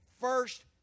first